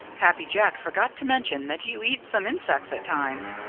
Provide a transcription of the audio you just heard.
happy jack forgot to mention that you eat some insects at times.